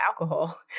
alcohol